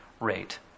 rate